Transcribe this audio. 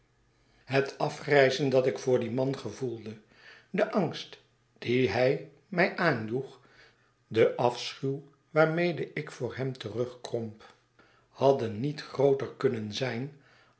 het afgrijzen dat ik voor dien man gevoelde de angst dien hij mij aanjoeg de afschuw waarmede ik voor hem terugkromp hadden niet grooter kunnen zijn